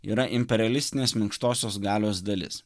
yra imperialistinės minkštosios galios dalis